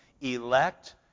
elect